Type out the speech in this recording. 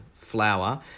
flour